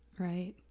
Right